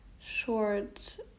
short